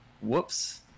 whoops